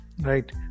right